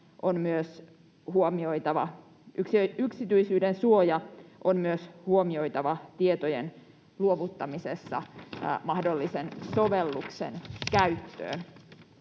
yksityisyydensuoja on huomioitava tietojen luovuttamisessa mahdollisen sovelluksen käyttöön.